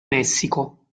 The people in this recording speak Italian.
messico